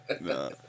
No